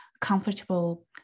comfortable